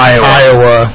Iowa